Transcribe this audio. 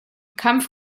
kampf